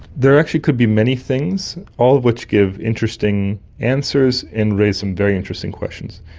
there actually could be many things, all of which give interesting answers and raise some very interesting questions.